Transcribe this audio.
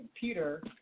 Peter